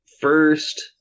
first